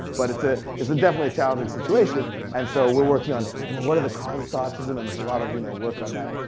but it's ah it's definitely a challenging situation and so we're working on, well what are the causes to autism, and there's a lot of you know work on that.